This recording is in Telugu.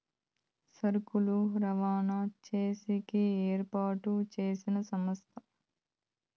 సరుకులు రవాణా చేసేకి ఏర్పాటు చేసిన సంస్థ